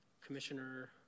Commissioner